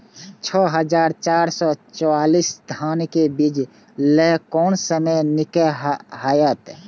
छः हजार चार सौ चव्वालीस धान के बीज लय कोन समय निक हायत?